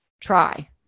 try